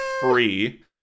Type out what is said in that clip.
free